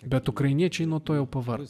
bet ukrainiečiai nuo to jau pavargo